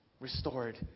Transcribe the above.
restored